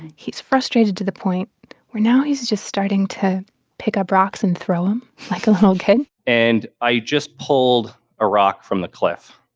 he's frustrated to the point where now he's just starting to pick up rocks and throw them, like a little kid and i just pulled a rock from the cliff.